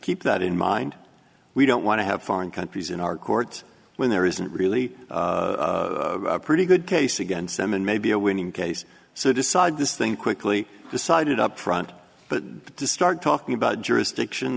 keep that in mind we don't want to have foreign countries in our court when there isn't really a pretty good case against them and maybe a winning case so decide this thing quickly decided up front but to start talking about jurisdiction